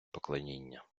поклоніння